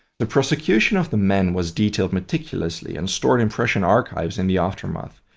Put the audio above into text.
the prosecution of the men was detailed meticulously and stored in prussian archives in the aftermath.